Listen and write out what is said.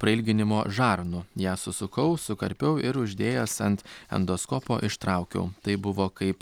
prailginimo žarnų ją susukau sukarpiau ir uždėjęs ant endoskopo ištraukiau tai buvo kaip